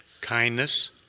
kindness